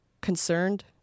Concerned